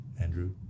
Andrew